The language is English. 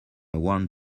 want